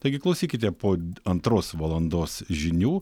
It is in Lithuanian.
taigi klausykite po antros valandos žinių